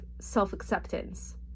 self-acceptance